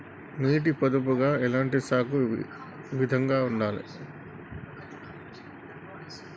నీటి పొదుపుగా ఎలాంటి సాగు విధంగా ఉండాలి?